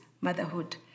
motherhood